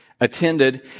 Attended